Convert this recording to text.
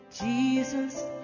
Jesus